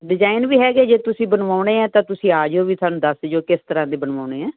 design ਵੀ ਹੈਗੇ ਜੇ ਤੁਸੀਂ ਬਣਵਾਉਣੇ ਆ ਤਾਂ ਤੁਸੀਂ ਆ ਜਾਓ ਵੀ ਸਾਨੂੰ ਦੱਸ ਜਿਓ ਵੀ ਕਿਸ ਤਰ੍ਹਾਂ ਦੇ ਬਣਵਾਉਣੇ ਆ